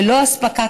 ללא אספקה,